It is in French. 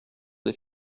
des